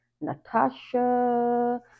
Natasha